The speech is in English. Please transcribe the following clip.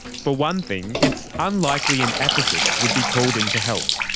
for one thing, it's unlikely an ethicist would be called in to help.